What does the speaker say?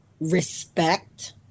respect